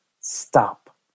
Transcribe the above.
stop